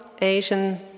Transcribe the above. Asian